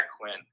Quinn